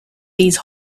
these